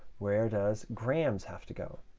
where does grams have to go?